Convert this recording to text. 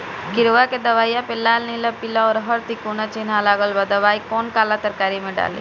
किड़वा के दवाईया प लाल नीला पीला और हर तिकोना चिनहा लगल दवाई बा कौन काला तरकारी मैं डाली?